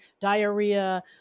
diarrhea